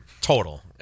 total